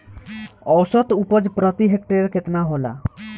औसत उपज प्रति हेक्टेयर केतना होला?